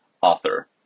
Author